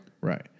right